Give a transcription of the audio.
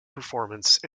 performance